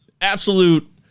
absolute